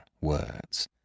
words